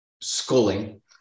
schooling